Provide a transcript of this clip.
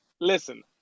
listen